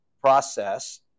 process